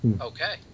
Okay